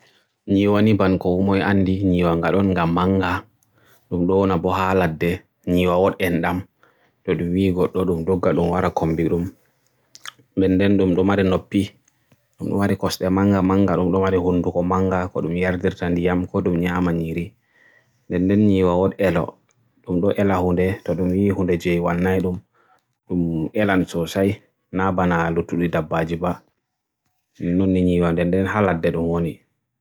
E inaare ko mi huwaata e wodi taagaje nayi, ɗiɗi e suti woyla, ɗiɗi bo e suti Fombina, ngam hendu natoya, ngam min ɗuɓɓe min der suudu ndu min kuwaata ndun. Kanjum waɗi tagaaji ɗin lati naayi